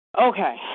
Okay